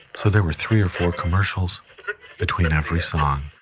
so there were three or four commercials between every song.